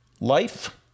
life